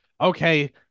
okay